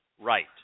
right